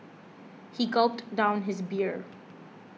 he gulped down his beer